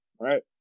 right